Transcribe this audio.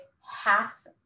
half